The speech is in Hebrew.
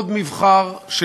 עוד מבחר,